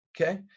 Okay